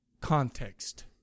context